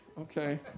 okay